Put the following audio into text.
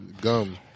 Gum